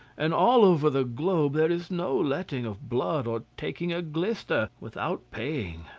and all over the globe there is no letting of blood or taking a glister, without paying,